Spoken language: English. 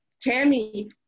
Tammy